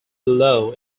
below